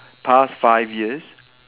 past five years